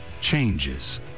changes